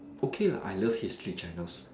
okay lah I love history journals